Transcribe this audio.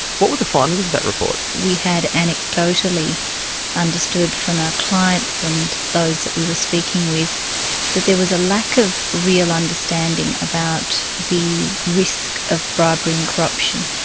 what were the findings of that report? we had anecdotally understood from our clients and those that we were speaking with that there was a lack of real ah understanding about the risk of bribery and corruption,